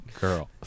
girl